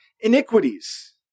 iniquities